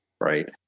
Right